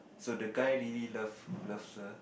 so the guy really loves loves her